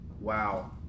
Wow